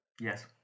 Yes